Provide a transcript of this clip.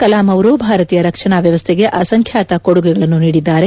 ಕಲಾಂ ಅವರು ಭಾರತೀಯ ರಕ್ಷಣಾ ವ್ಯವಸ್ಥೆಗೆ ಅಸಂಬ್ಲಾತ ಕೊಡುಗೆಗಳನ್ನು ನೀಡಿದ್ದಾರೆ